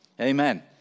Amen